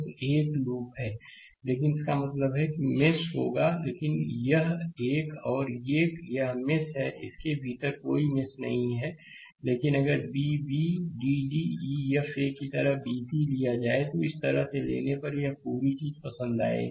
तो यह एक लूप है लेकिन इसका मतलब है कि वहाँ मेष होगा लेकिन यह एक और यह एक यह एक मेष है इसके भीतर कोई मेष नहीं है लेकिन अगर b b d d e f a की तरह b c लिया जाए तो इस तरह से लेने पर यह पूरी चीज पसंद आएगी